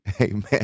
Amen